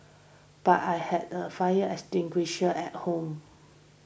but I had a fire extinguisher at home